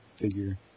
figure